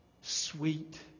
sweet